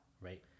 right